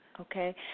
Okay